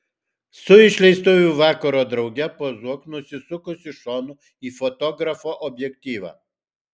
su išleistuvių vakaro drauge pozuok nusisukusi šonu į fotografo objektyvą